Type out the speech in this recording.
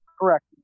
Correct